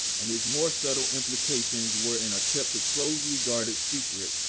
and its more subtle implications were and are kept aclosely guarded secret,